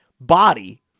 body